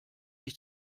ich